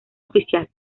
oficial